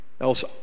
else